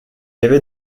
avait